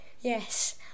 yes